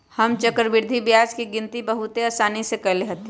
हम चक्रवृद्धि ब्याज के गिनति बहुते असानी से क लेईले